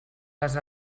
les